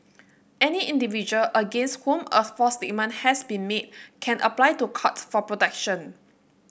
any individual against whom a false statement has been made can apply to Court for protection